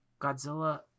Godzilla